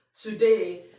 today